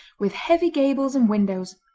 with heavy gables and windows,